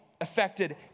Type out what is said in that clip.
affected